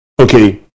Okay